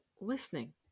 listening